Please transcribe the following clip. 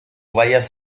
vayas